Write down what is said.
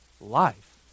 life